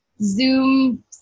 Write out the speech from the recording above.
Zoom